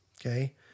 Okay